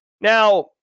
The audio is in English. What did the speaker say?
Now